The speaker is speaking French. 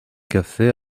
café